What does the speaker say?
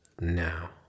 now